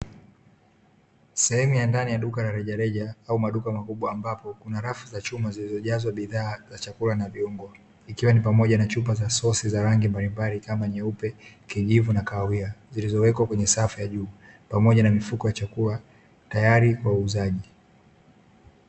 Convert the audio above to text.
Sehemu ya ndani ya duka la rejareja au maduka makubwa, ambapo kuna rafu za chuma zilizojaa bidhaa za chakula na viungo, ikiwa ni pamoja na chupa za sosi za rangi mbalimbali kama; nyeupe, kijivu na kahawia, zilizowekwa kwenye safu ya juu pamoja na mifuko ya chakula tayari kwa uuzaji.